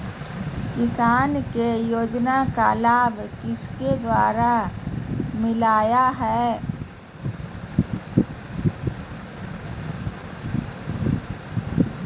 किसान को योजना का लाभ किसके द्वारा मिलाया है?